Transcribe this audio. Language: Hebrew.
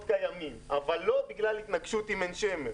קיימים אבל לא בגלל התנגשות עם עין שמר.